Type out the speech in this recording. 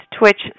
Twitch